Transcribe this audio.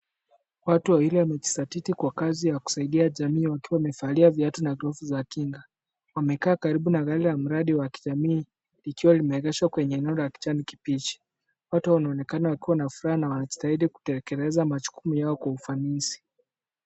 Watu wawili wamejizatiti kwa kazi ya kusaidia jamii wakiwa wamevalia viatu na glovu za kinga. Wamekaa karibu na gari la mradi wa kijamii likiwa limeegeshwa kwenye eneo la kijani kibichi. Watu hao wameonekana wakiwa na furaha na wanajitahidi kutekeleza majukumu yao kwa ufanisi.